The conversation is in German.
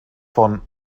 von